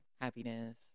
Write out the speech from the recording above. happiness